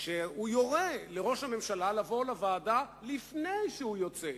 שהוא יורה לראש הממשלה לבוא לוועדה לפני שהוא יוצא,